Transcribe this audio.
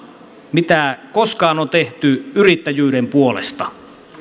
mitä koskaan on tehty yrittäjyyden puolesta